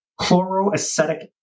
chloroacetic